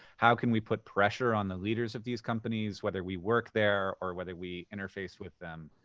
how can we put pressure on the leaders of these companies, whether we work there or whether we interface with them?